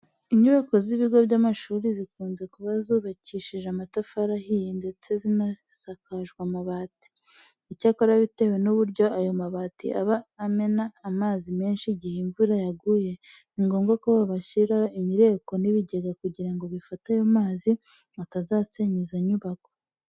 Inyubako z'ibigo by'amashuri zikunze kuba zubakishije amatafari ahiye ndetse zinasakajwe amabati. Icyakora bitewe n'uburyo ayo mabati aba amena amazi menshi igihe imvura yuguye, ni ngombwa ko bahashyira imireko n'ibigega kugira ngo bifate ayo mazi atazasenya izo nyubako.